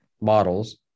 models